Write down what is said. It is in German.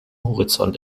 horizont